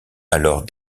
alors